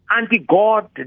anti-God